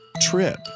trip